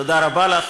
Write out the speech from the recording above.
תודה רבה לך.